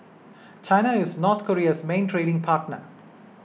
China is North Korea's main trading partner